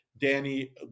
Danny